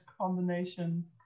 combination